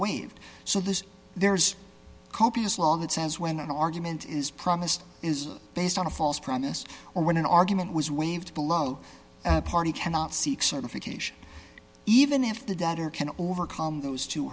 waived so this there's copious law that says when an argument is promised is based on a false premise or when an argument was waived below a party cannot seek certification even if the debtor can overcome those two